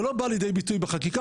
זה לא בא לידי ביטוי בחקיקה,